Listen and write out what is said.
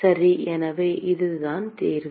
சரி எனவே அதுதான் தீர்வு